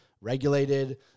regulated